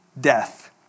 death